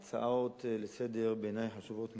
ההצעות לסדר-היום הן, בעיני, חשובות מאוד,